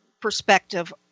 perspective